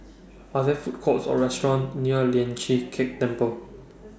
Are There Food Courts Or restaurants near Lian Chee Kek Temple